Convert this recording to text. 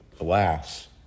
Alas